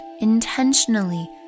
intentionally